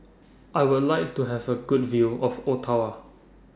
I Would like to Have A Good View of Ottawa